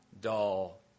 dull